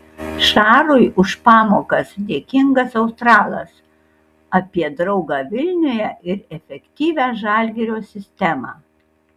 šarui už pamokas dėkingas australas apie draugą vilniuje ir efektyvią žalgirio sistemą